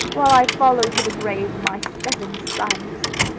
while i follow to the grave my seven sons.